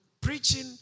preaching